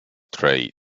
trait